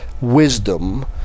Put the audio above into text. wisdom